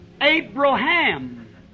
Abraham